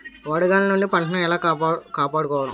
వడగాలి నుండి పంటను ఏలా కాపాడుకోవడం?